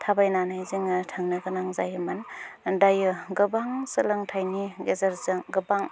थाबायनानै जोङो थांनो गोनां जायोमोन दायो गोबां सोलोंथायनि गेजेरजों गोबां